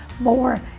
more